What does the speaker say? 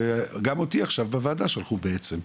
וגם אותי עכשיו בוועדה שלחו בעצם.